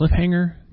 cliffhanger